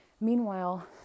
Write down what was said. Meanwhile